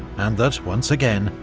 and that once again,